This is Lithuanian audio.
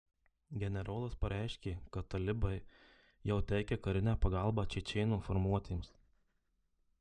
generolas pareiškė kad talibai jau teikia karinę pagalbą čečėnų formuotėms